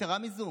יתרה מזו,